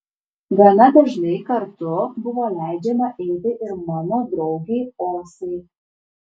gana dažnai kartu buvo leidžiama eiti ir mano draugei osai